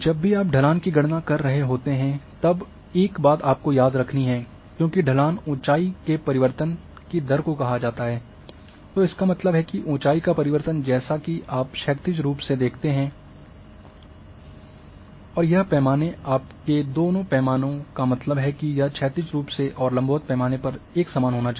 जब भी आप ढलान की गणना कर रहे होते तब एक बात आपको याद रखनी है क्योंकि ढलान ऊंचाई के परिवर्तन की दर को कहा जाता है तो इसका मतलब है कि ऊंचाई का परिवर्तन जैसा कि आप क्षैतिज रूप से देखते हैं और यह पैमाने आपके दोनों पैमाने का मतलब है कि यह क्षैतिज रूप से और लंबवत पैमाने पर समान होना चाहिए